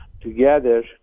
together